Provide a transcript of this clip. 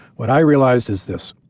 what i realized is this.